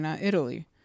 italy